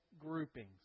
groupings